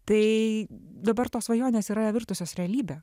tai dabar tos svajonės yra virtusios realybe